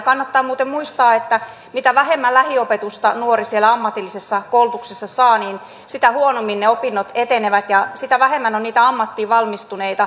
kannattaa muuten muistaa että mitä vähemmän lähiopetusta nuori siellä ammatillisessa koulutuksessa saa niin sitä huonommin ne opinnot etenevät ja sitä vähemmän on niitä ammattiin valmistuneita